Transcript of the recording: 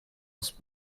was